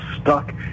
stuck